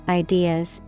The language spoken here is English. ideas